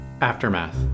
Aftermath